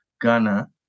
Ghana